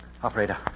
Operator